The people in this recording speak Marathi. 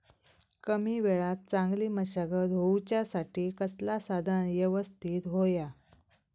कमी वेळात चांगली मशागत होऊच्यासाठी कसला साधन यवस्तित होया?